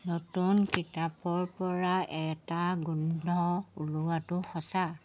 নতুন কিতাপৰ পৰা এটা গোন্ধ ওলোৱাটো সঁচা